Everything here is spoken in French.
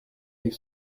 avec